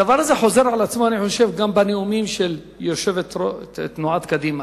הדבר הזה חוזר על עצמו גם בנאומים של יושבת-ראש תנועת קדימה,